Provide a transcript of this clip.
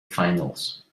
finals